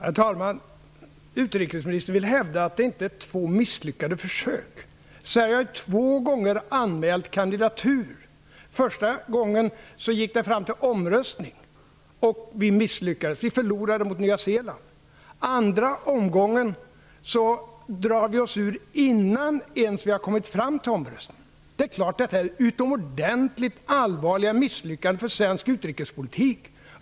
Herr talman! Utrikesministern vill hävda att det inte är fråga om två misslyckade försök. Sverige har två gånger anmält kandidatur. Första gången gick det fram till omröstning, och vi misslyckades när vi förlorade mot Nya Zeeland. Andra gången drar vi oss ur innan vi ens har kommit fram till omröstningen. Det är klart att det är utomordentligt allvarliga misslyckanden för svensk utrikespolitik.